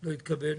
לא התקבל.